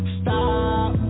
stop